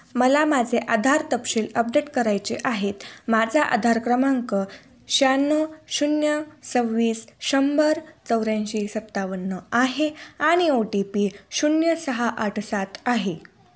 मला माझे आधार तपशील अपडेट करायचे आहेत माझा आधार क्रमांक शहाण्णव शून्य सव्वीस शंभर चौऱ्याऐंशी सत्तावन्न आहे आणि ओ टी पी शून्य सहा आठ सात आहे